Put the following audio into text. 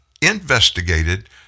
investigated